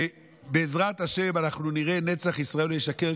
ובעזרת השם אנחנו נראה "נצח ישראל לא ישקר",